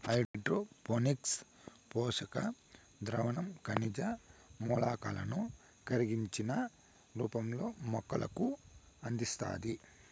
hydroponics పోషక ద్రావణం ఖనిజ మూలకాలను కరిగించిన రూపంలో మొక్కలకు అందిస్తాది